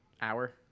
hour